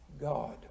God